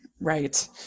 Right